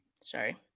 Sorry